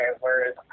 whereas